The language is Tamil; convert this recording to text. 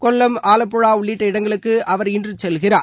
கொல்லம் ஆலப்புழா உள்ளிட்ட இடங்களுக்கு அவர் இன்று செல்கிறார்